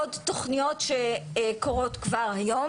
עוד תוכניות שקורות כבר היום